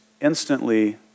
instantly